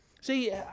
See